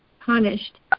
punished